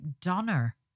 Donner